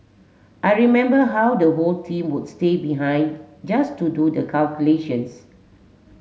I remember how the whole team would stay behind just to do the calculations